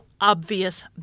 obvious